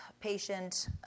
patient